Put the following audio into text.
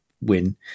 win